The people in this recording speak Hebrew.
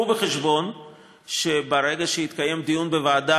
הביאו בחשבון שברגע שיתקיים דיון בוועדה